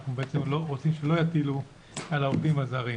אנחנו בעצם רוצים שלא יטילו על העובדים הזרים.